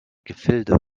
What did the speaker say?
gefilde